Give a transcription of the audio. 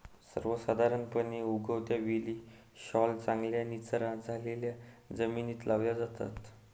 सर्वसाधारणपणे, उगवत्या वेली सैल, चांगल्या निचरा झालेल्या जमिनीत लावल्या जातात